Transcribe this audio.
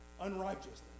unrighteousness